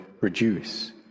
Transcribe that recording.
reduce